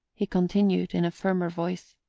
he continued in a firmer voice,